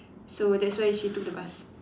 so that's why she took the bus